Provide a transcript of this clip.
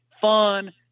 fun